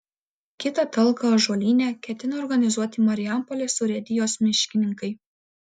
kitą talką ąžuolyne ketina organizuoti marijampolės urėdijos miškininkai